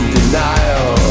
denial